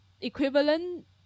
equivalent